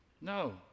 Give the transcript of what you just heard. No